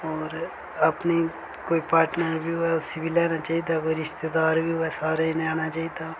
होर अपनी कोई पार्टनर बी होऐ उसी बी लेआना चाहिदा कोई रिश्तेदार बी होऐ सारें गी लेआना चाहिदा